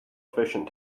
efficient